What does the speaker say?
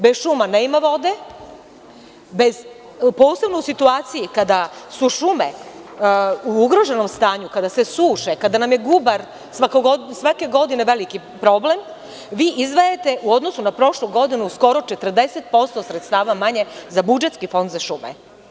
Bez šuma nema vode, posebno u situaciji kada su šume u ugroženom stanju, kada se suše, kada nam je gubar svake godine veliki problem, vi izdvajate u odnosu na prošlu godinu skoro 40% sredstava manje za budžetski fond za šume.